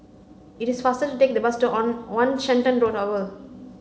it is faster to take the bus on One Shenton to Tower